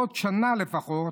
בעוד שנה לפחות,